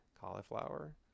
cauliflower